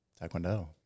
taekwondo